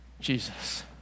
Jesus